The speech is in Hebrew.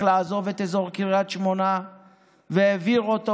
לעזוב את אזור קריית שמונה והעביר אותו,